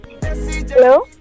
Hello